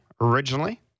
Originally